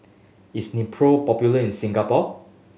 is Nepro popular in Singapore